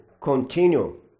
continue